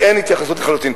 ואין התייחסות לחלוטין.